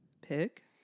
pick